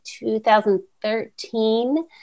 2013